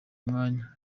mwanya